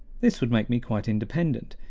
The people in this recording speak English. this would make me quite independent,